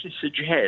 suggest